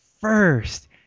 first